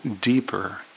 deeper